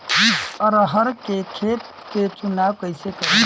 अरहर के खेत के चुनाव कईसे करी?